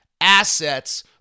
assets